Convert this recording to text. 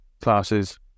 classes